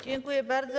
Dziękuję bardzo.